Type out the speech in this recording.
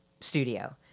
studio